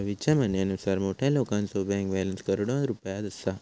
रवीच्या म्हणण्यानुसार मोठ्या लोकांचो बँक बॅलन्स करोडो रुपयात असा